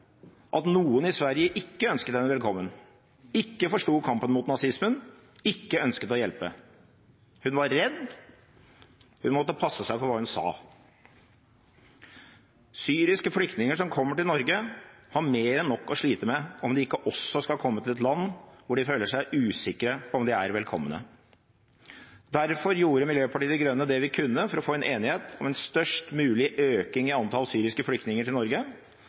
at noen i Sverige ikke ønsket henne velkommen, ikke forsto kampen mot nazismen, ikke ønsket å hjelpe. Hun var redd, hun måtte passe seg for hva hun sa. Syriske flyktninger som kommer til Norge, har mer enn nok å slite med om de ikke også skal komme til et land hvor de føler seg usikre på om de er velkomne. Derfor gjorde Miljøpartiet De Grønne det vi kunne for å få en enighet om en størst mulig økning i antall syriske flyktninger til Norge